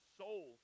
soul